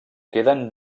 queden